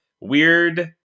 weird